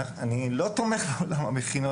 אני לא תומך במכינה.